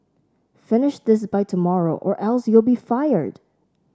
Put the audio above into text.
finish this by tomorrow or else you'll be fired